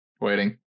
waiting